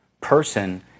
person